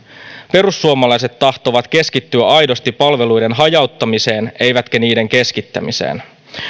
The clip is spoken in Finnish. perussuomalaiset tahtovat keskittyä aidosti palveluiden hajauttamiseen eivätkä niiden keskittämiseen